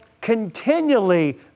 continually